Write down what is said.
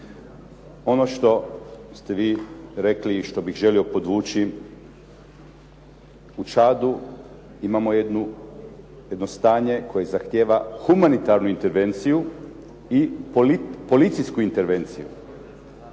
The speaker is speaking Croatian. Ono što ste vi rekli i što bih želio podvući, u Čadu imamo jedno stanje koje zahtijeva humanitarnu intervenciju i policijsku intervenciju.